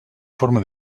forma